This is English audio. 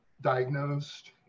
diagnosed